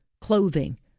clothing